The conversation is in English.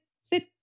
Sit